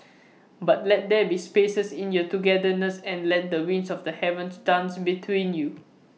but let there be spaces in your togetherness and let the winds of the heavens dance between you